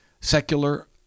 secular